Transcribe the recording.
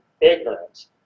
ignorance